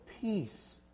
peace